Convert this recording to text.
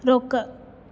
रोक